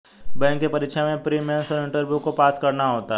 bank की परीक्षा में प्री, मेन और इंटरव्यू को पास करना होता है